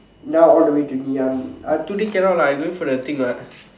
now all the way to Ngee-Ann uh today cannot lah I going for the thing what